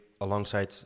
alongside